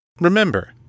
Remember